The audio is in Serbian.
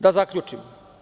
Da zaključim.